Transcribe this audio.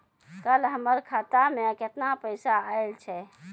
कल हमर खाता मैं केतना पैसा आइल छै?